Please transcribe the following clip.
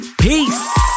Peace